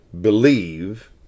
believe